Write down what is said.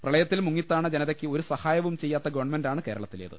പ്രളയത്തിൽ മുങ്ങിത്താണ ജനതയ്ക്ക് ഒരു സഹായവും ചെയ്യാത്ത ഗവൺമെന്റാണ് കേരള ത്തിലേത്